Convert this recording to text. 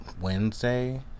Wednesday